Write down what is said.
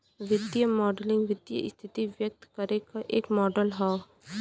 वित्तीय मॉडलिंग वित्तीय स्थिति व्यक्त करे क एक मॉडल हौ